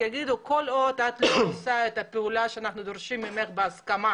הם יגידו שכל עוד את לא עושה את הפעולה שאנחנו דורשים ממך בהסכמה